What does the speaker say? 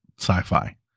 sci-fi